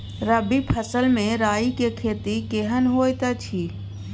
रबी फसल मे राई के खेती केहन होयत अछि?